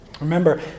Remember